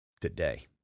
Today